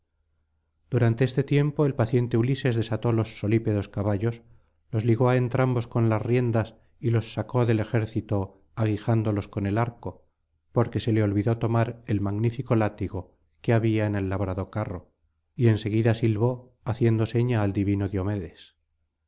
durante este tiempo el paciente ulises desató los solípedos caballos los ligó á entrambos con las riendas y los sacó del ejército aguijándolos con el arco porque se le olvidó tomar el magnífico látigo que había en el labrado carro y en seguida silbó haciendo seña al divino diomedes